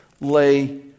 lay